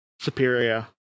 Superior